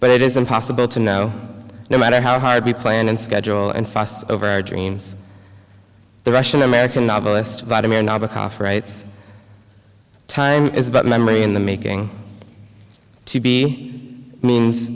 but it is impossible to know no matter how hard we plan and schedule and fuss over our dreams the russian american novelist vitamin r because rights time is about memory in the making to be means